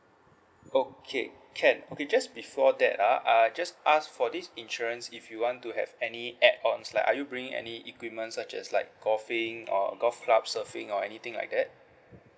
okay can okay just before that ah uh just ask for this insurance if you want to have any add-ons like are you bring any equipment such as like golfing or golf club surfing or anything like that